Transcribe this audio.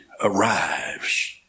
arrives